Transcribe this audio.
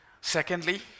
Secondly